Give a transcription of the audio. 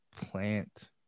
plant